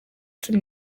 cumi